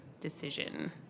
decision